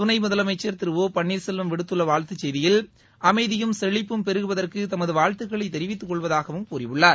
துணை முதலனமச்சர் திரு ஓ பன்னீர்செல்வம் விடுதுள்ள வாழ்த்துச் செய்தியில் அமைதியும் செழிப்பும் பெருகுவதற்கு தமது வாழ்த்துக்களைத் தெிவித்துக் கொள்வதாகக் கூறியுள்ளார்